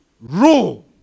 rule